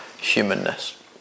humanness